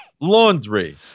laundry